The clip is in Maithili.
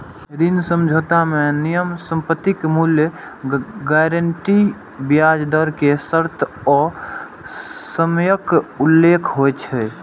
ऋण समझौता मे नियम, संपत्तिक मूल्य, गारंटी, ब्याज दर के शर्त आ समयक उल्लेख होइ छै